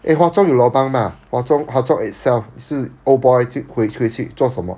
eh hwa chong 有 lobang 吗 hwa chong hwa chong itself 是 old boy 就回回去做什么